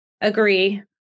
agree